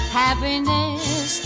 happiness